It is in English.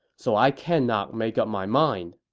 so i cannot make up my mind.